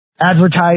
advertise